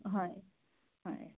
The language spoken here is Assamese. হয় হয়